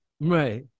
Right